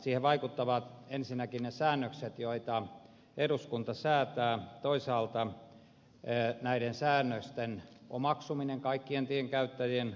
siihen vaikuttavat ensinnäkin ne säännökset joita eduskunta säätää toisaalta näiden säännösten omaksuminen kaikkien tienkäyttäjien osalta